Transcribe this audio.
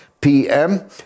PM